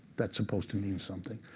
that's supposed to mean something.